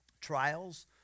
Trials